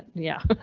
yeah.